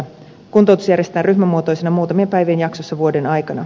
kuntoutus järjestetään ryhmämuotoisena muutamien päivien jaksoissa vuoden aikana